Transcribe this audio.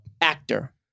Actor